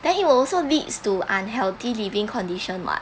then it will also leads to unhealthy living condition [what]